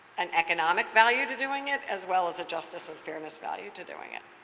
an economic value to doing it, as well as a justice and fairness value to doing it.